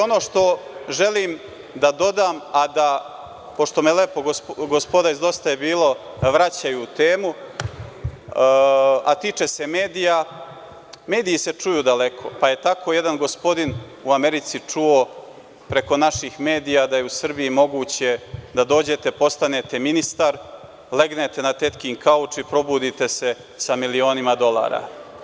Ono što želim da dodam, a da, pošto me lepo gospoda iz DJB vraćaju u temu, a tiče se medija, mediji se čuju daleko, pa je tako jedan gospodin u Americi čuo preko naših medija da je u Srbiji moguće da dođete, postanete ministar, legnete na tetkin kauč i probudite se sa milionima dolara.